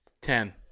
Ten